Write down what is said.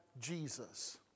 Jesus